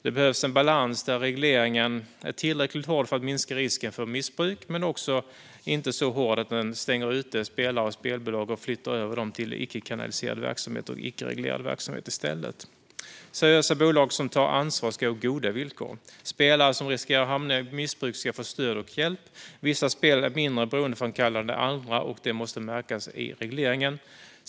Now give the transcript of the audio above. Det behövs en balans där regleringen är tillräckligt hård för att minska risken för missbruk men inte så hård att den stänger ute spelare och spelbolag och flyttar över dem till icke-kanaliserade och icke-reglerade verksamheter i stället. Seriösa bolag som tar ansvar ska ha goda villkor, och spelare som riskerar att hamna i missbruk ska få stöd och hjälp. Vissa spel är mindre beroendeframkallande än andra, och det måste märkas i regleringen.